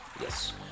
Yes